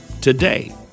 today